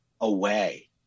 away